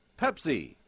pepsi